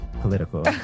political